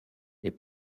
les